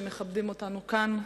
שמכבדים אותנו כאן,